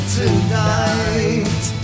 tonight